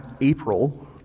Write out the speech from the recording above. April